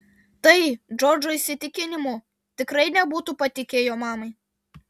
tai džordžo įsitikinimu tikrai nebūtų patikę jo mamai